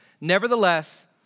Nevertheless